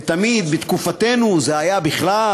ותמיד: בתקופתנו זה היה בכלל,